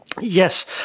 yes